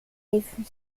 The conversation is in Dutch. even